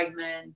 Bregman